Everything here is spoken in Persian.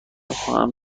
خواهم